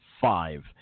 five